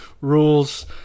rules